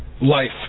life